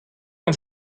een